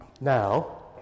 Now